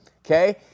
Okay